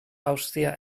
haustier